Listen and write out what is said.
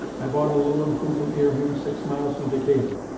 i bought a little improvement near him, six miles from decatur.